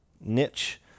niche